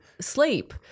Sleep